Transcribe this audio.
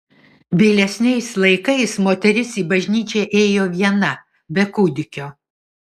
vėlesniais laikais moteris į bažnyčią ėjo viena be kūdikio